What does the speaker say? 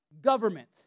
government